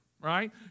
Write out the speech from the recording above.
right